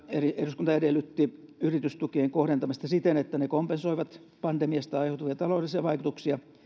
eli eduskunta edellytti yritystukien kohdentamista siten että ne kompensoivat pandemiasta aiheutuvia taloudellisia vaikutuksia